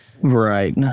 right